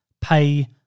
pay